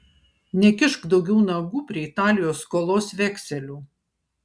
nekišk daugiau nagų prie italijos skolos vekselių